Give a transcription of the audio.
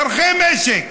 צורכי משק,